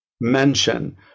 mention